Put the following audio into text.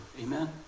Amen